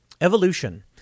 evolution